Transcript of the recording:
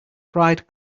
pride